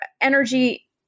energy